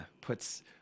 puts